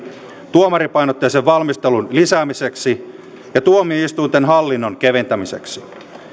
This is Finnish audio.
tuomaripainotteisen valmistelun lisäämiseksi ja tuomioistuinten hallinnon keventämiseksi